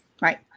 Right